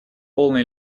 полной